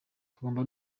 tugomba